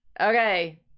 Okay